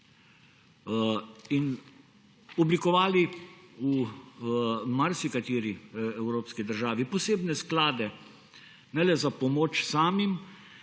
in oblikovali v marsikateri evropski državi posebne sklade ne le za pomoč samim